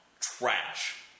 Trash